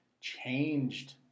changed